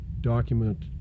document